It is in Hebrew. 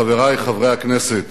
חברי חברי הכנסת,